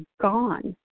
gone